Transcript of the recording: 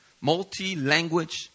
multi-language